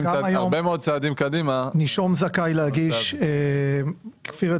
הרבה מאוד צעדים קדימה --- גם היום,